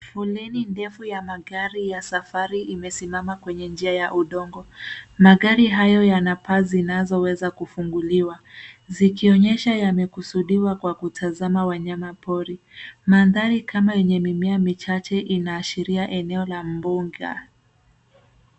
Foleni ndefu ya magari ya safari imesimama kwenye njia ya udongo. Magari hayo yana paa zinazoweza kufunguliwa, zikionyesha yamekusudiwa kwa kutazama wanyama pori. Mandhari kama yenye mimea michache inaashiria eneo la mbuga.